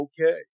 okay